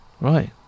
Right